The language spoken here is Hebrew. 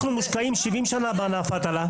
אנחנו מושקעים 70 שנה בענף ההטלה,